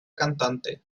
cantante